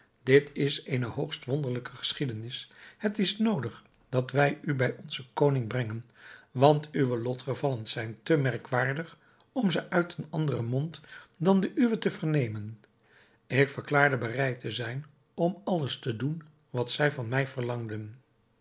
dit is eene hoogst wonderlijke geschiedenis het is noodig dat wij u bij onzen koning brengen want uwe lotgevallen zijn te merkwaardig om ze uit een anderen mond dan den uwe te vernemen ik verklaarde bereid te zijn om alles te doen wat zij van mij verlangden